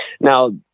Now